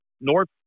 North